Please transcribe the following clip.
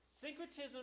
Syncretism